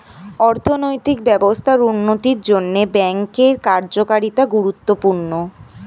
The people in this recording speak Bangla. অর্থনৈতিক ব্যবস্থার উন্নতির জন্যে ব্যাঙ্কের কার্যকারিতা গুরুত্বপূর্ণ